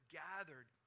gathered